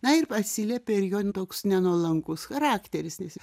na ir atsiliepia ir jo toks ne nuolankus charakteris nes